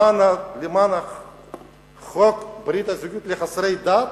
למען חוק ברית הזוגיות לחסרי דת?